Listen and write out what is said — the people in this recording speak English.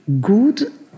good